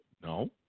No